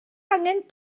angen